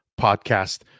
podcast